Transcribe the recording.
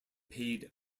paid